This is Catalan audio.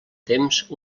temps